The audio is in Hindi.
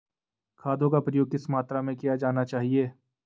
खादों का प्रयोग किस मात्रा में किया जाना चाहिए?